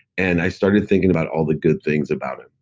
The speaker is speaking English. and i started thinking about all the good things about him.